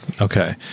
Okay